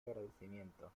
agradecimiento